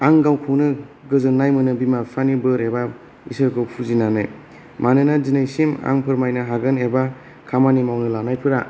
आं गावखौनो गोजोननाय मोनो बिमा बिफानि बोर एबा इसोरखौ फुजिनानै मानोना दिनैसिम आं फोरमायनो हागोन एबा खामानि मावनो लानायफोरा